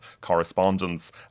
correspondence